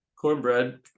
Cornbread